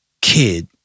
kid